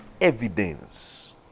evidence